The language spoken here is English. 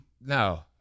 No